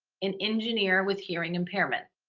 an engineer with hearing impairment.